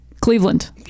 Cleveland